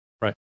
Right